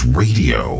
radio